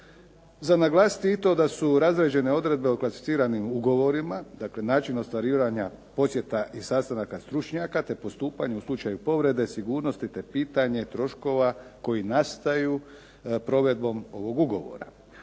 Za naglasiti je i to da su razrađene odredbe o klasificiranim ugovorima, dakle način ostvarivanja posjeta i sastanaka stručnjaka, te postupanju u slučaju povrede, sigurnosti te pitanje troškova koji nastaju provedbom ovog ugovora.